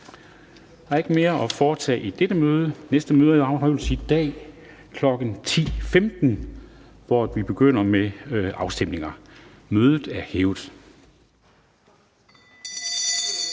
Der er ikke mere at foretage i dette møde. Folketingets næste møde afholdes i dag kl. 10.15, hvor vi begynder med afstemninger. Mødet er hævet.